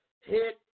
hit